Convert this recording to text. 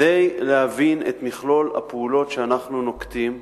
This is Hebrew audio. כדי להבין את מכלול הפעולות שאנחנו נוקטים,